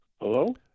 Hello